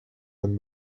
them